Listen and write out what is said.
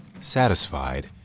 Satisfied